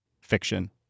fiction